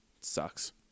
sucks